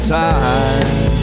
time